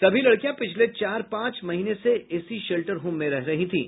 सभी लड़कियां पिछले चार पांच महीने से उसी शेल्टर होम में रह रही थीं